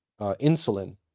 insulin